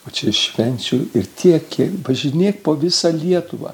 o čia švenčių ir tiek važinėk po visą lietuvą